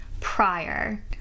prior